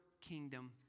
kingdom